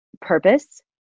purpose